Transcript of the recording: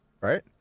right